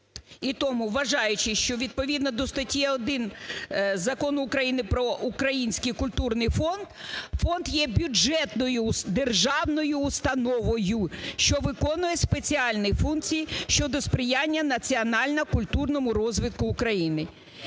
вважаючи, що відповідно до статті 1 Закону України "Про Український культурний фонд" фонд є бюджетною державною установою, що виконує спеціальні функції щодо сприяння національно-культурному розвитку України.